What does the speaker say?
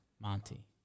Monty